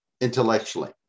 intellectually